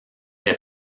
est